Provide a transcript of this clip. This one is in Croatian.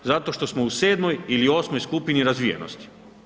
Zato što smo u 7. ili 8. skupini razvijenosti.